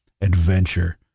adventure